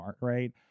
Right